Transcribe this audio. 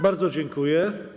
Bardzo dziękuję.